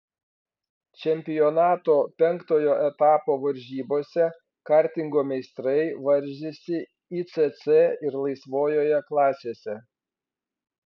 čempionato penktojo etapo varžybose kartingo meistrai varžėsi icc ir laisvojoje klasėse